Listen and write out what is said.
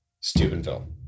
Steubenville